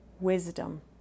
Wisdom